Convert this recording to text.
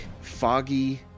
foggy